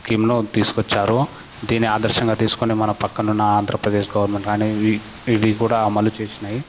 స్కీంలో తీసుకొచ్చారు దీని ఆదర్శంగా తీసుకొని మన పక్కన ఉన్న ఆంధ్రప్రదేశ్ గవర్నమెంట్ అనేవి ఇవి కూడా అమలు చేసినయి